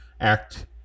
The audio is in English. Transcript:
act